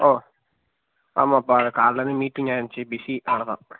ஓ ஆமாப்பா கால்லேருந்து மீட்டிங்கா இருந்துச்சி பிஸி அதனால்